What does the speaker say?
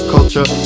Culture